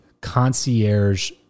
concierge